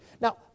Now